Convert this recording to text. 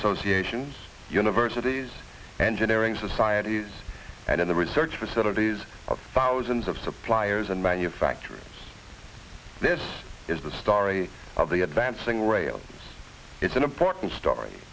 associations universities engineering societies and in the research facilities of thousands of suppliers and manufacturers it's this is the story of the advancing rail it's an important story